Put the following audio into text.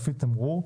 לפי תמרור,